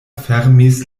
fermis